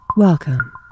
Welcome